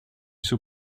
sous